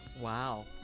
Wow